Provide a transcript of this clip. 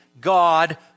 God